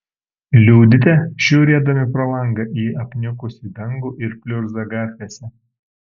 liūdite žiūrėdami pro langą į apniukusį dangų ir pliurzą gatvėse